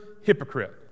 hypocrite